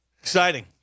Exciting